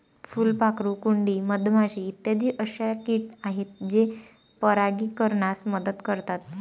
फुलपाखरू, कुंडी, मधमाशी इत्यादी अशा किट आहेत जे परागीकरणास मदत करतात